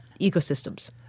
ecosystems